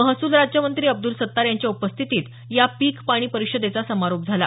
महसूल राज्यमंत्री अब्दुल सत्तार यांच्या उपस्थितीत या पीक पाणी परिषदेचा समारोप झाला